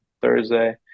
Thursday